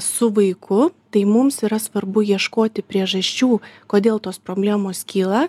su vaiku tai mums yra svarbu ieškoti priežasčių kodėl tos problemos kyla